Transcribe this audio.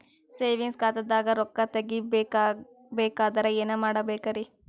Savings ಖಾತಾದಾಗ ರೊಕ್ಕ ತೇಗಿ ಬೇಕಾದರ ಏನ ಮಾಡಬೇಕರಿ?